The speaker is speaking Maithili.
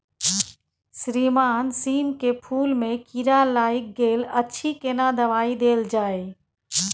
श्रीमान सीम के फूल में कीरा लाईग गेल अछि केना दवाई देल जाय?